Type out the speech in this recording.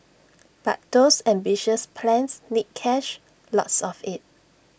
but those ambitious plans need cash lots of IT